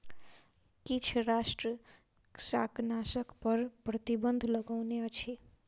किछ राष्ट्र शाकनाशक पर प्रतिबन्ध लगौने अछि